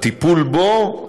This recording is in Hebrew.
הטיפול בו,